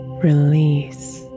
Release